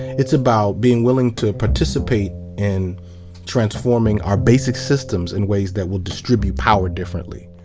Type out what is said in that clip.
it's about being willing to participate in transforming our basic systems in ways that will distribute power differently.